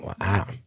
Wow